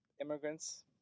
Immigrants